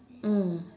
mm